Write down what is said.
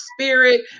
spirit